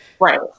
Right